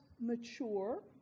mature